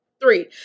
Three